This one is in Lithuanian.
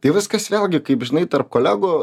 tai viskas vėlgi kaip žinai tarp kolegų